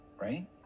right